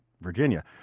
Virginia